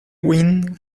wind